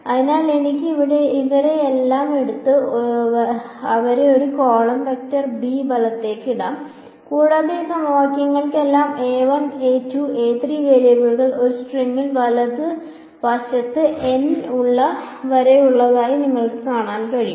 അതിനാൽ എനിക്ക് ഇവരെയെല്ലാം എടുത്ത് അവരെ ഒരു കോളം വെക്റ്റർ b വലത്തേക്ക് ഇടാം കൂടാതെ ഈ സമവാക്യങ്ങൾക്കെല്ലാം a 1 a 2 a 3 വേരിയബിളുകൾ ഒരു സ്ട്രിംഗിൽ വലത് വശത്ത് n വരെ ഉള്ളതായി നിങ്ങൾക്ക് കാണാൻ കഴിയും